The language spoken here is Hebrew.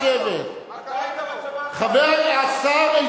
חבר הכנסת כץ,